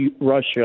Russia